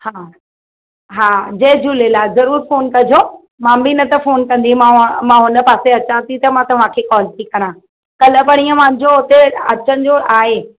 हा हा जय झूलेलाल ज़रूर फोन कजो मां बि न त फोन कंदीमांव मां हुन पासे अचां थी त मां तव्हांखे कॉल थी करां कल्ह पणीअ मुंहिंजो हुते अचण जो आहे